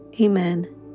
Amen